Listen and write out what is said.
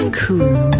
cool